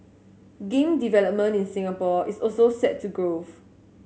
game development in Singapore is also set to grow